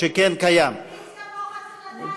אין סימטריה